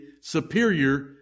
superior